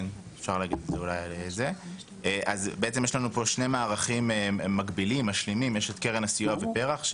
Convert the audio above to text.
יש לנו פה שני מערכים מקבילים שהם קרן הסיוע ופרח,